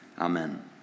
Amen